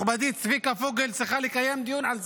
מכובדי, צביקה פוגל, צריכה לקיים דיון על זה.